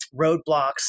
roadblocks